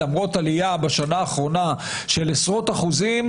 למרות עלייה בשנה האחרונה של עשרות אחוזים,